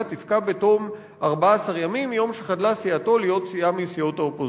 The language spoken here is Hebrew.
תפקע בתום 14 ימים מיום שחדלה סיעתו להיות סיעה מסיעות האופוזיציה".